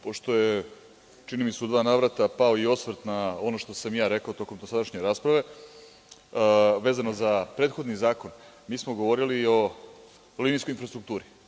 Pošto je, čini mi se u dva navrata, pao i osvrt na ono što sam ja rekao tokom dosadašnje rasprave, vezano za prethodni zakon, mi smo govorili o linijskoj infrastrukturi.